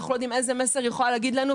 אנחנו לא יודעים איזה מסר היא יכולה להגיד לנו.